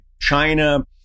China